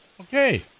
Okay